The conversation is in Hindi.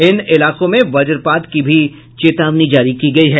इन इलाकों में वज्रपात की भी चेतावनी जारी की गयी है